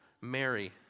Mary